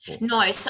no